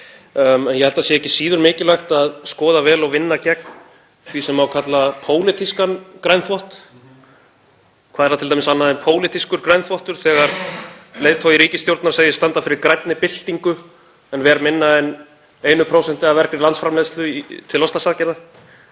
Ég held að það sé ekki síður mikilvægt að skoða vel og vinna gegn því sem má kalla pólitískan grænþvott. Hvað er það t.d. annað en pólitískur grænþvottur þegar leiðtogi ríkisstjórnar segist standa fyrir grænni byltingu en ver minna en 1% af vergri landsframleiðslu til loftslagsaðgerða,